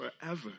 forever